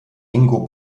ingo